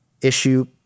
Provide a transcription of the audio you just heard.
issue